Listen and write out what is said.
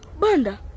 Banda